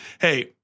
Hey